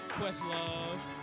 Questlove